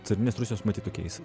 carinės rusijos matyt tokiais